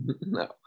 No